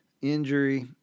injury